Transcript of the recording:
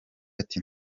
ati